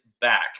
back